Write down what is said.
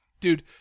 Dude